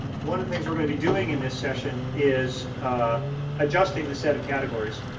one of the things we're going to be doing in this session is adjusting the set of categories.